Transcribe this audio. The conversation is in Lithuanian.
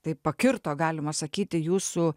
tai pakirto galima sakyti jūsų